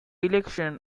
election